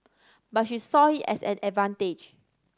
but she saw it as an advantage